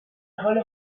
حال